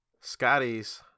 Scotty's